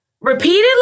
repeatedly